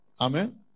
Amen